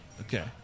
Okay